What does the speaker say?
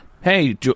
Hey